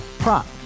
Prop